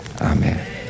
amen